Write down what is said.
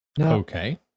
Okay